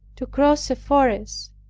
to cross a forest,